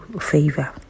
favor